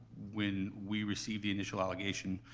when we receive the initial allegation,